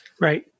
Right